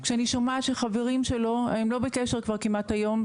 כשאני שומעת שחברים שלו הם לא בקשר כבר כמעט היום,